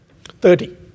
Thirty